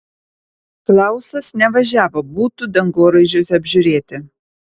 klausas nevažiavo butų dangoraižiuose apžiūrėti